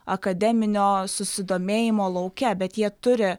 akademinio susidomėjimo lauke bet jie turi